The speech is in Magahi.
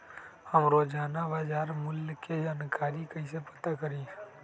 हम रोजाना बाजार मूल्य के जानकारी कईसे पता करी?